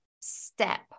step